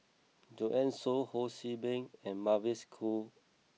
Joanne Soo Ho See Beng and Mavis Khoo